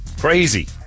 Crazy